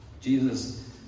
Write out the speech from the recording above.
jesus